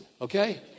okay